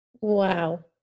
Wow